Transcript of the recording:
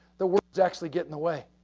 the words is actually get in the way.